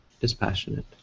dispassionate